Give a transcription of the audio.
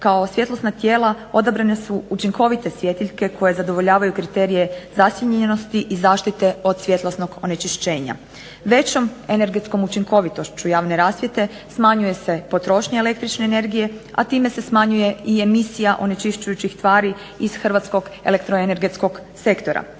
kao svjetlosna tijela odabrane su učinkovite svjetiljke koje zadovoljavaju kriterije zasjenjenosti i zaštite od svjetlosnog onečišćenja. Većom energetskom učinkovitošću javne rasvjete smanjuje se potrošnja električne energije, a time se smanjuje i emisija onečišćujućih tvari iz hrvatskog elektroenergetskog sektora.